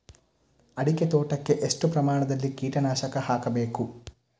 ಅಡಿಕೆ ತೋಟಕ್ಕೆ ಎಷ್ಟು ಪ್ರಮಾಣದಲ್ಲಿ ಕೀಟನಾಶಕ ಹಾಕಬೇಕು?